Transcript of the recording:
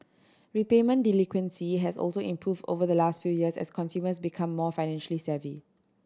repayment delinquency has also improved over the last few years as consumers become more financially savvy